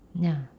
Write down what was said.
ya